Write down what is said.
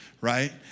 right